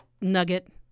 nugget